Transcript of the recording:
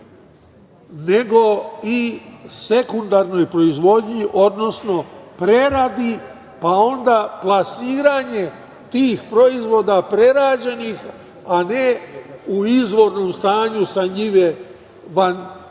nego i sekundarnoj proizvodnji, odnosno preradi, pa onda plasiranje tih proizvoda prerađenih, a ne u izvornom stanju sa njive van